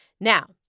Now